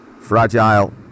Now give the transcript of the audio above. Fragile